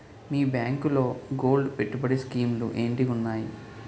మీ బ్యాంకులో గోల్డ్ పెట్టుబడి స్కీం లు ఏంటి వున్నాయి?